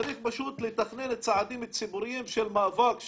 צריך פשוט לתכנן צעדים ציבוריים של מאבק,